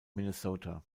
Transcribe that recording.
minnesota